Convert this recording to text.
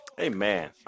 Amen